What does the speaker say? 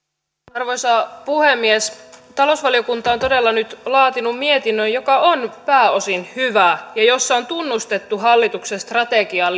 arvoisa puhemies talousvaliokunta on todella nyt laatinut mietinnön joka on pääosin hyvä ja jossa on tunnustettu hallituksen strategiaan